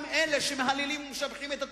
גם אלה שמהללים ומשבחים את התקציב,